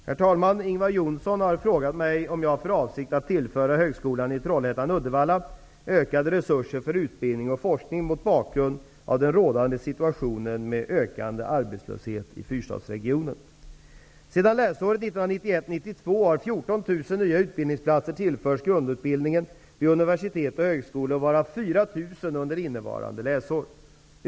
Herr talman! Ingvar Johnsson har frågat mig om jag har för avsikt att tillföra Högskolan i Sedan läsåret 1991/92 har 14 000 nya utbildningsplatser tillförts grundutbildningen vid universitet och högskolor, varav 4 000 under innevarande läsår.